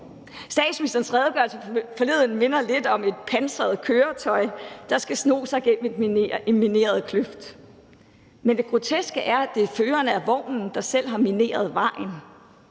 Statsministerens redegørelse forleden minder lidt om et pansret køretøj, der skal sno sig gennem en mineret kløft, men det groteske er, at det er føreren af vognen, der selv har mineret vejen.